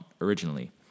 originally